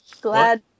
glad